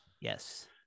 Yes